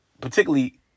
particularly